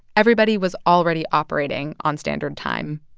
everybody was already operating on standard time.